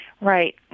Right